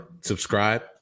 subscribe